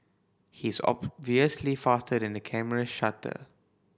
he is obviously faster than the camera shutter